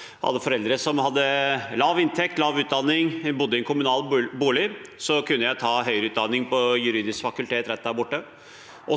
jeg hadde foreldre med lav inntekt og lav utdanning, og at vi bodde i en kommunal bolig – kunne ta høyere utdanning på juridisk fakultet rett her borte.